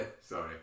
sorry